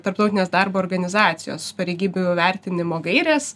tarptautinės darbo organizacijos pareigybių vertinimo gairės